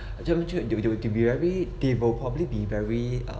他们就就就有 very they will probably be very err